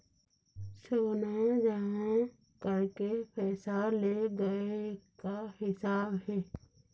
सोना जमा करके पैसा ले गए का हिसाब हे?